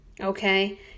okay